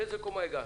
לאיזה קומה הגעתם?